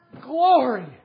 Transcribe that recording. glory